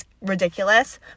ridiculous